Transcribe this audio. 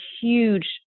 huge